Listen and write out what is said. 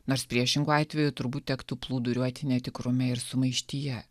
nors priešingu atveju turbūt tektų plūduriuoti netikrume ir sumaištyje